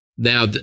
Now